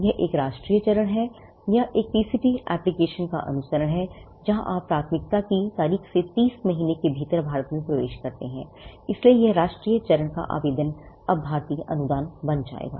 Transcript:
यह एक राष्ट्रीय चरण है या एक पीसीटी एप्लिकेशन का अनुसरण है जहां आप प्राथमिकता की तारीख से 30 महीनों के भीतर भारत में प्रवेश करते हैं इसलिए यह राष्ट्रीय चरण का आवेदन अब भारतीय अनुदान बन जाएगा